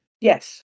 Yes